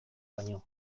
baino